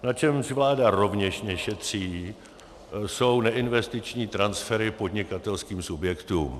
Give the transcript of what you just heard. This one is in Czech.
Na čem vláda rovněž nešetří, jsou neinvestiční transfery podnikatelským subjektům.